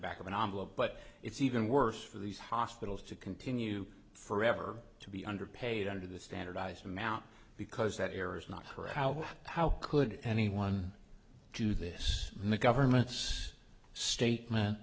back of an omelet but it's even worse for these hospitals to continue forever to be under paid under the standardized amount because that area's not her how how could anyone do this and the government says statement